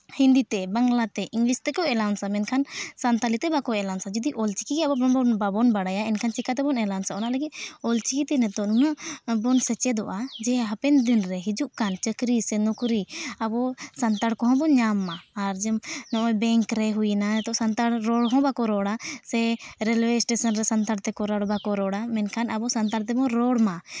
ᱦᱤᱱᱫᱤ ᱛᱮ ᱵᱟᱝᱞᱟ ᱛᱮ ᱤᱝᱞᱤᱥ ᱛᱮᱠᱚ ᱮᱞᱟᱣᱩᱱᱥᱼᱟ ᱢᱮᱱᱠᱷᱟᱱ ᱥᱟᱱᱛᱷᱟᱲᱤ ᱛᱮ ᱵᱟᱠᱚ ᱮᱞᱟᱣᱩᱱᱥᱟ ᱡᱩᱫᱤ ᱚᱞᱪᱤᱠᱤ ᱜᱮ ᱟᱵᱚ ᱵᱟᱵᱚᱱ ᱵᱟᱲᱟᱭᱟ ᱮᱱᱠᱷᱟᱱ ᱪᱤᱠᱟᱹ ᱛᱮᱵᱚᱱ ᱮᱞᱟᱣᱩᱱᱥᱼᱟ ᱚᱱᱟ ᱞᱟᱹᱜᱤᱫ ᱚᱞᱪᱤᱠᱤ ᱛᱮ ᱱᱤᱛᱚᱝ ᱱᱩᱱᱟᱹᱜ ᱵᱚᱱ ᱥᱮᱪᱮᱫᱚᱜᱼᱟ ᱡᱮ ᱦᱟᱯᱮᱱ ᱫᱤᱱ ᱨᱮ ᱦᱤᱡᱩᱜ ᱠᱟᱱ ᱪᱟᱹᱠᱨᱤ ᱥᱮ ᱱᱚᱠᱨᱤ ᱟᱵᱚ ᱥᱟᱱᱛᱟᱲ ᱠᱚᱦᱚᱸ ᱵᱚᱱ ᱧᱟᱢ ᱢᱟ ᱟᱨ ᱱᱚᱜᱼᱚᱭ ᱡᱮ ᱵᱮᱝᱠ ᱨᱮ ᱦᱩᱭᱱᱟ ᱥᱟᱱᱛᱟᱲ ᱨᱚᱲ ᱦᱚᱸ ᱵᱟᱠᱚ ᱨᱚᱲᱟ ᱥᱮ ᱨᱮᱞᱳᱭᱮ ᱥᱴᱮᱥᱚᱱ ᱨᱮ ᱥᱟᱱᱛᱟᱲ ᱛᱮᱠᱚ ᱨᱚᱲ ᱵᱟᱠᱚ ᱨᱚᱲᱟ ᱢᱮᱱᱠᱷᱟᱱ ᱟᱵᱚ ᱥᱟᱱᱛᱟᱲ ᱛᱮᱵᱚ ᱨᱚᱲ ᱢᱟ